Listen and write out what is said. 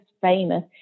famous